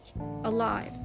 alive